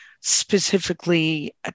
specifically